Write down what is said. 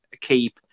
Keep